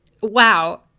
wow